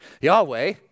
Yahweh